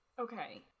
Okay